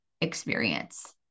experience